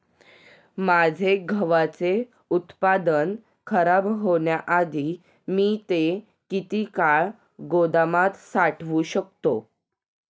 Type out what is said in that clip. माझे गव्हाचे उत्पादन खराब होण्याआधी मी ते किती काळ गोदामात साठवू शकतो?